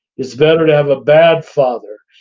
it's better to have a bad father.